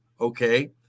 okay